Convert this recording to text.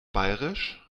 bairisch